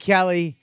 Kelly